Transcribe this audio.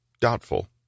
doubtful